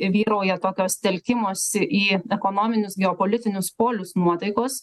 vyrauja tokios telkimosi į ekonominius geopolitinius polius nuotaikos